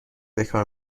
بکار